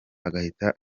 agahita